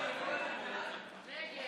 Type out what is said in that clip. ממלכתי (הוראת שעה לקביעת תקציב לשם הוספת תרופות,